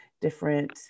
different